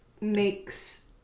makes